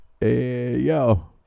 yo